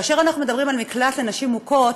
אנחנו מדברים על מקלט לנשים מוכות,